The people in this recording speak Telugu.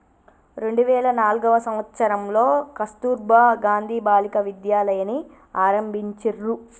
రెండు వేల నాల్గవ సంవచ్చరంలో కస్తుర్బా గాంధీ బాలికా విద్యాలయని ఆరంభించిర్రు